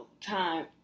time